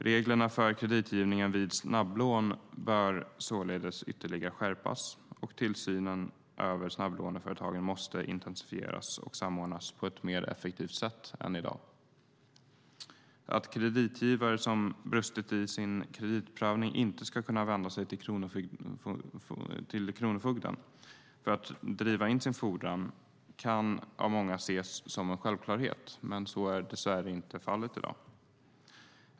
Reglerna för kreditgivningen vid snabblån bör således ytterligare skärpas, och tillsynen över snabblåneföretagen måste intensifieras och samordnas på ett mer effektivt sätt än i dag. Att kreditgivare som brustit i sin kreditprövning inte ska kunna vända sig till kronofogden för att driva in sin fordran kan av många ses som en självklarhet, men så är dess värre inte fallet i dag.